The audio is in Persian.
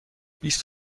بیست